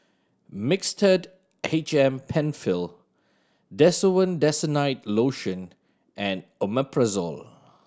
Mixtard H M Penfill Desowen Desonide Lotion and Omeprazole